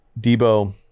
Debo